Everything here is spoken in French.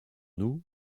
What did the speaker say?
nous